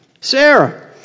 Sarah